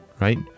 right